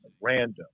random